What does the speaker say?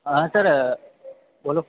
હા સર બોલો